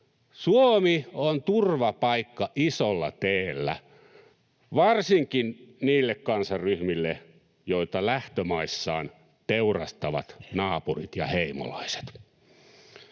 Suomi on turvapaikka isolla T:llä varsinkin niille kansanryhmille, joita lähtömaissaan teurastavat naapurit ja heimolaiset.